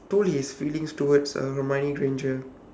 told his feelings towards uh hermione granger